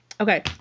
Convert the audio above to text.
okay